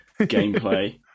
gameplay